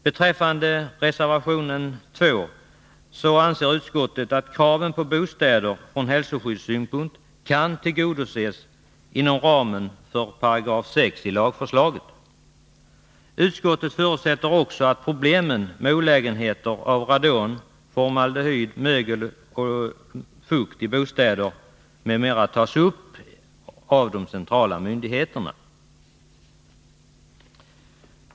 Beträffande reservation 2 anser utskottet att kraven på bostäder från hälsoskyddssynpunkt kan tillgodoses inom ramen för 6 § i lagförslaget. Utskottet förutsätter också att problemen med olägenheter av radon, formaldehyd, mögel och fukt i bostäder m.m. tas upp av de centrala myndigheterna.